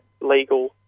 legal